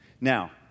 Now